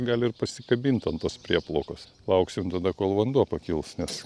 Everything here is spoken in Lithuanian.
gali ir pasikabint ant tos prieplaukos lauksim tada kol vanduo pakils nes